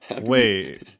wait